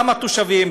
גם התושבים,